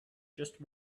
just